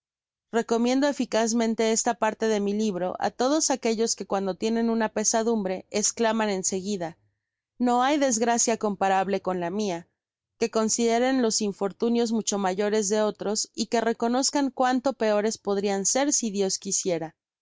recomiendo eficazmente esta parte de mi libro á todos aquellos que cuando tienen una pesadumbre esclaman en seguida no hay desgracia comparable con la mia que consideren los infortunios mucho mayores de otros y que reconozcan cuánto peores podrian ser si dios quisiera